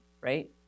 right